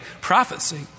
prophecy